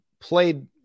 played